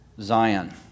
Zion